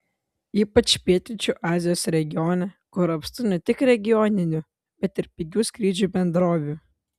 ypač pietryčių azijos regione kur apstu ne tik regioninių bet ir pigių skrydžių bendrovių